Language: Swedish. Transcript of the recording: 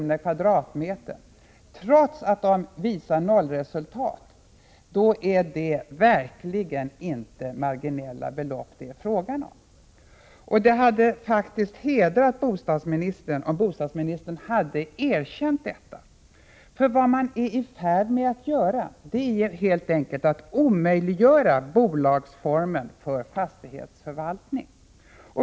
per kvadratmeter, då är det verkligen inte fråga om marginella belopp. Det hade faktiskt hedrat bostadsministern om han erkänt detta. Regeringen är ju helt enkelt i färd med att omöjliggöra att bolagsformen används vid fastighetsförvaltning.